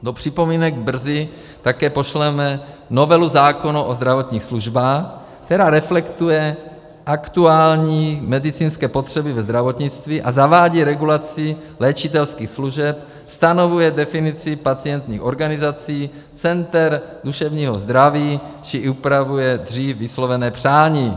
Do připomínek brzy také pošleme novelu zákona o zdravotních službách, která reflektuje aktuální medicínské potřeby ve zdravotnictví a zavádí regulaci léčitelských služeb, stanovuje definici pacientských organizací, center duševního zdraví či upravuje dřív vyslovené přání.